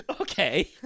Okay